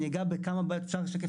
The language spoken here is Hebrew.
אני אגע בכמה בעיות.